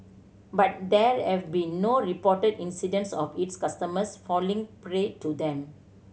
but there have been no reported incidents of its customers falling prey to them